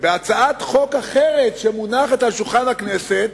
ובהצעת חוק אחרת, שהונחה על שולחן הכנסת,